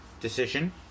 decision